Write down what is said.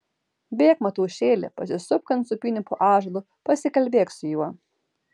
bėk mataušėli pasisupk ant sūpynių po ąžuolu pasikalbėk su juo